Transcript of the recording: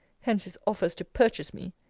hence his offers to purchase me!